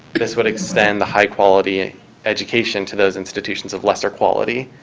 this would extend the high quality education to those institutions of lesser quality.